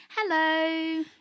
Hello